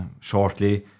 shortly